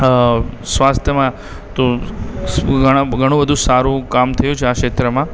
અ સ્વાસ્થ્યમાં તો સ ઘણું બધું સારું કામ થયું છે આ ક્ષેત્રમાં